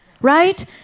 right